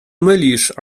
mylisz